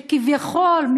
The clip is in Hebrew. שכביכול,